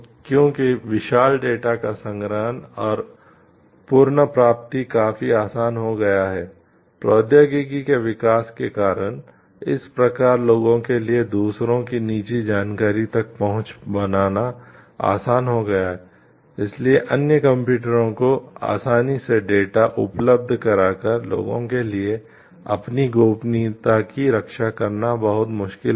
तो क्योंकि विशाल डेटा उपलब्ध कराकर लोगों के लिए अपनी गोपनीयता की रक्षा करना बहुत मुश्किल हो गया